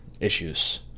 issues